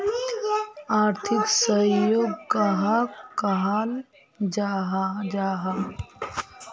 आर्थिक सहयोग कहाक कहाल जाहा जाहा?